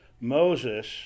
Moses